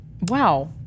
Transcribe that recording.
Wow